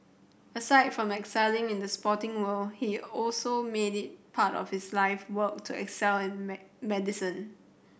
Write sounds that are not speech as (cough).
aside from excelling in the sporting world he also made it part of his life work to excel in (unintelligible) medicine